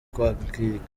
kwangirika